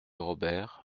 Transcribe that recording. robert